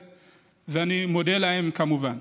ואני מודה להם, כמובן.